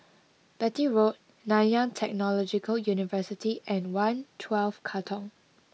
Beatty Road Nanyang Technological University and one twelve Katong